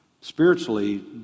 Spiritually